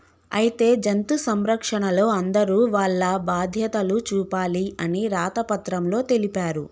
అయితే జంతు సంరక్షణలో అందరూ వాల్ల బాధ్యతలు చూపాలి అని రాత పత్రంలో తెలిపారు